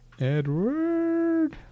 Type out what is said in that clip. Edward